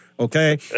Okay